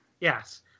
yes